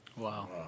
Wow